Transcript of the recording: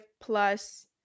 plus